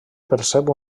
percep